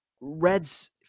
Red's